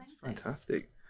Fantastic